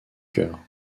chœur